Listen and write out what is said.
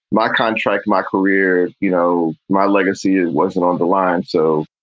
my contract, my career, you know, my legacy wasn't on the line. so